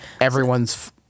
Everyone's